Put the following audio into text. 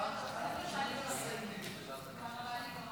אז גם עכשיו אני משמיע